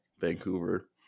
vancouver